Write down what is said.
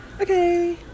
Okay